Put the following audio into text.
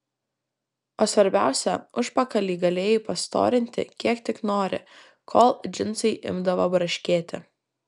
o svarbiausia užpakalį galėjai pastorinti kiek tik nori kol džinsai imdavo braškėti